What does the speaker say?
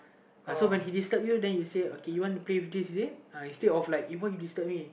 uh so when he disturb you then you say okay you want to play with is it instead of like uh why you disturb me